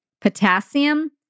potassium